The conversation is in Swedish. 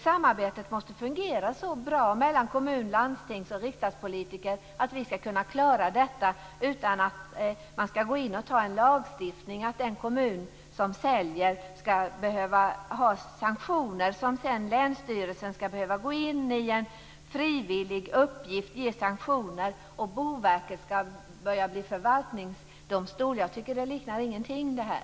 Samarbetet måste fungera så bra mellan kommun-, landstings och riksdagspolitiker att man skall kunna klara detta utan att behöva gå in med lagstiftning om att den kommun som säljer skall ha sanktioner som sedan länsstyrelsen skall gå in i som en frivillig uppgift och att Boverket skall börja bli förvaltningsdomstol. Jag tycker att det här liknar ingenting.